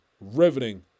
riveting